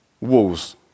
walls